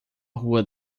rua